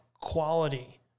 quality